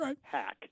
Hack